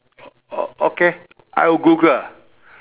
oh okay I will Google